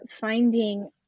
finding